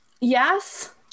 Yes